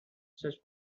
such